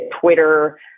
Twitter